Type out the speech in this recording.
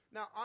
Now